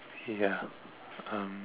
ya um